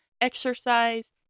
exercise